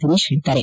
ದಿನೇಶ್ ಹೇಳಿದ್ದಾರೆ